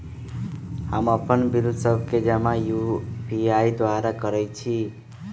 हम अप्पन बिल सभ के जमा यू.पी.आई द्वारा करइ छी